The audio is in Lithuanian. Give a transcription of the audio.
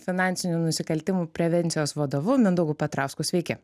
finansinių nusikaltimų prevencijos vadovu mindaugu petrausku sveiki